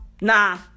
nah